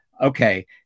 okay